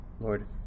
Lord